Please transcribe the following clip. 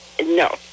No